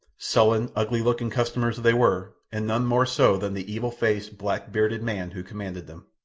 sullen, ugly-looking customers they were, and none more so than the evil-faced, black-bearded man who commanded them.